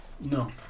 No